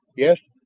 yes,